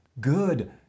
good